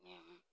মই